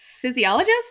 Physiologist